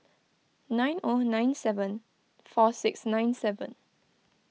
nine O nine seven four six nine seven